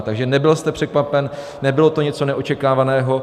Takže nebyl jste překvapen, nebylo to něco neočekávaného.